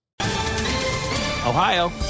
Ohio